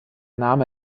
name